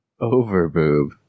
Overboob